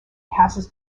passes